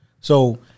So-